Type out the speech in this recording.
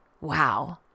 Wow